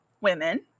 women